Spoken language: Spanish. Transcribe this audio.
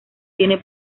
tiene